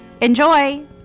Enjoy